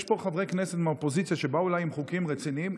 יש פה חברי כנסת מהאופוזיציה שבאו אלי עם חוקים רציניים.